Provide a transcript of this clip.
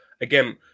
again